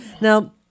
now